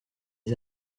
les